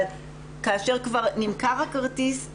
אבל כאשר כבר הכרטיס נמכר,